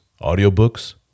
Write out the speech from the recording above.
audiobooks